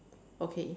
okay